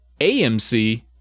AMC